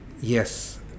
Yes